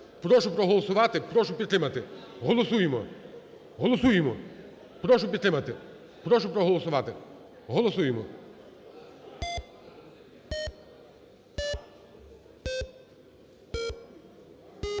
Прошу проголосувати, прошу підтримати. Голосуємо! Прошу підтримати, прошу проголосувати. Голосуємо.